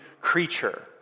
creature